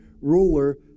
ruler